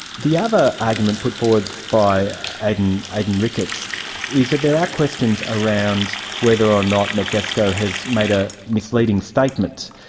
the other argument put forward by aidan ricketts is that there are questions around whether or not metgasco has made a misleading statement.